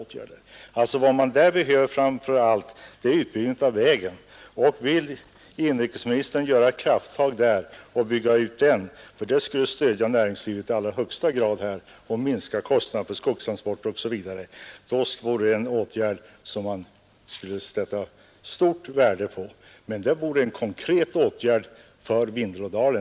en för befolkningen Vad man där framför allt behöver är en utbyggnad av vägen. Och vill — i Vindelådalen inrikesministern ta krafttag för att bygga ut denna väg, så skulle detta i allra högsta grad stödja näringslivet i området och minska kostnaderna för skogstransporter osv. Det vore en åtgärd som man skulle sätta stort värde på — en konkret åtgärd för Vindelådalen.